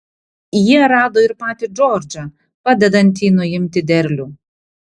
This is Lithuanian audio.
jie rado ir patį džordžą padedantį nuimti derlių